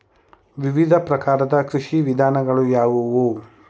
ವಿವಿಧ ಪ್ರಕಾರದ ಕೃಷಿ ವಿಧಾನಗಳು ಯಾವುವು?